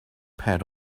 pad